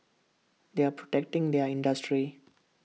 they are protecting their industry